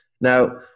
Now